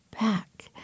back